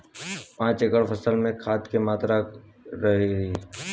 पाँच एकड़ फसल में खाद के मात्रा का रही?